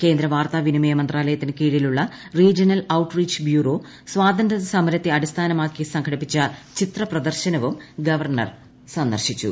കേന്ദ്ര വാർത്താ വിനിമയ മന്ത്രാലയത്തിനു കീഴിലുള്ള റീജിയണൽ ഔട്ട്റീച്ച് ബ്യൂറോ സ്വാതന്ത്യ സമരത്തെ അടിസ്ഥാനമാക്കി സംഘടിപ്പിച്ച ചിത്ര പ്രദർശനവും ഗവർണർ സന്ദർശിച്ചു